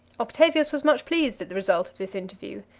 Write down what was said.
octavius was much pleased at the result of this interview.